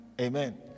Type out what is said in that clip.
Amen